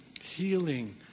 healing